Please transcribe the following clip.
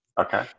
Okay